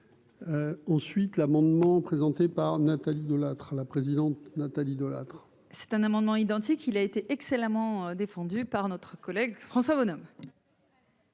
Ensuite l'amendement présenté par Nathalie Delattre la présidente Nathalie Delattre. C'est un amendement identique, il a été excellemment défendu par notre collègue François Bonhomme.